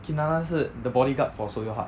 kim na na 是 the bodyguard for seo yong hak